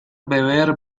beber